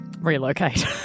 relocate